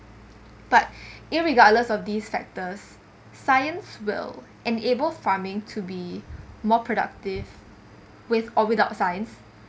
but irregardless of this factors science will enable farming to be more productive with or without science